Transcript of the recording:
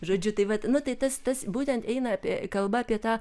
žodžiu tai vat nu tai tas tas būtent eina apie kalba apie tą